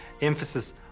emphasis